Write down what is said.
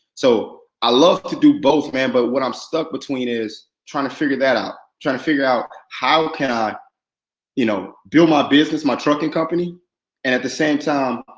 so, i love to do both, man. but what i'm stuck between is trying to figure that out. i'm trying to figure out how can i, you know build my business, my trucking company and at the same time